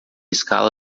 escala